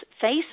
face